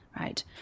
Right